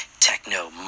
techno